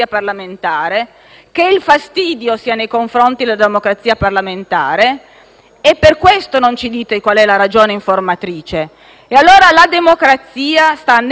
e per questo non ci dite qual è la ragione informatrice. La democrazia sta nel controllo, nella trasparenza e nel dibattito pubblico